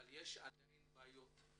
אבל עדיין יש בעיות.